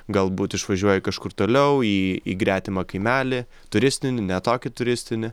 galbūt išvažiuoji kažkur toliau į gretimą kaimelį turistinį ne tokį turistinį